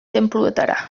tenpluetara